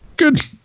good